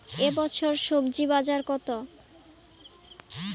এ বছর স্বজি বাজার কত?